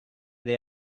the